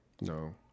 No